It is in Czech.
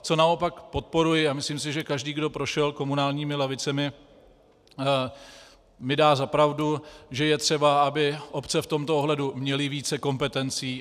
Co naopak podporuji, a myslím si, že každý, kdo prošel komunálními lavicemi, mi dá za pravdu, že je třeba, aby obce v tomto ohledu měly více kompetencí.